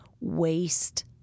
waste